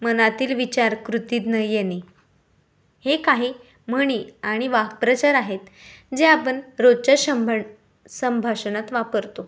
मनातील विचार कृतीत न येणे हे काही म्हणी आणि वाक्प्रचार आहेत जे आपण रोजच्या शंभ संभाषणात वापरतो